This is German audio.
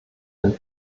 den